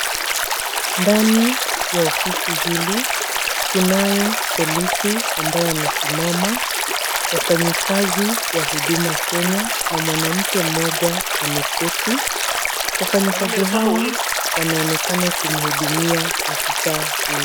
Ndani ya ofisi hili tunayo polisi ambaye amesimama. Wafanyikazi wa Huduma Kenya na mwanamke mmoja ameketi. Wafanyikazi hawa wanaonekana kumhudumia afisa huyu.